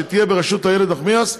שתהיה בראשות איילת נחמיאס,